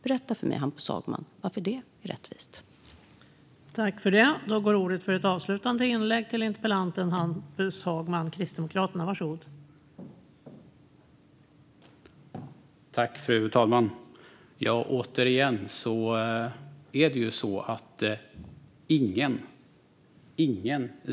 Berätta för mig varför det är rättvist, Hampus Hagman!